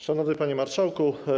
Szanowny Panie Marszałku!